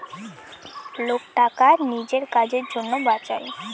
লোক টাকা নিজের কাজের জন্য বাঁচায়